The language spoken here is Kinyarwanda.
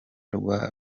rwa